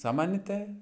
सामान्यतः